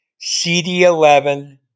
cd11